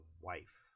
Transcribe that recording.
wife